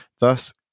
Thus